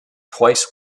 twice